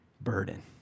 burden